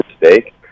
mistake